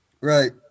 Right